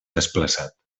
desplaçat